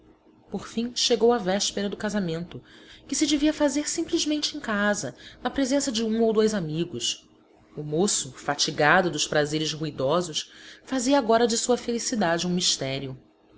por fim chegou a véspera do casamento que se devia fazer simplesmente em casa na presença de um ou dois amigos o moço fatigado dos prazeres ruidosos fazia agora de sua felicidade um mistério